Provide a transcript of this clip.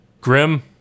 Grim